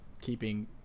keeping